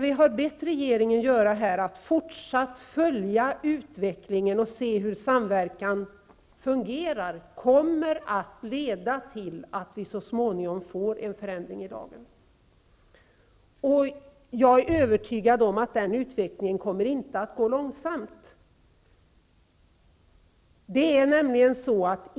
vi har bett regeringen göra, att fortsatt följa utvecklingen och se hur samverkan fungerar, kommer att leda till att vi så småningom får en förändring i lagen. Jag är också övertygad om att den utvecklingen inte kommer att gå långsamt.